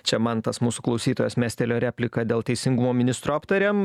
čia mantas mūsų klausytojas mestelėjo repliką dėl teisingumo ministro aptarėm